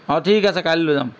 অঁ ঠিক আছে কাইলৈ লৈ যাম